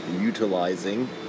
utilizing